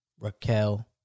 Raquel